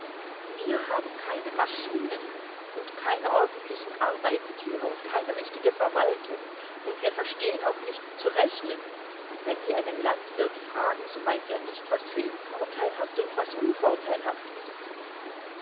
wir haben keine maschinen und keine ordentlichen arbeitstiere und keine richtige verwaltung und wir verstehen auch nicht zu rechnen wenn sie einen landwirt fragen so weiß er nicht was für ihn vorteilhaft und was unvorteilhaft ist